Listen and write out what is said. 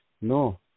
No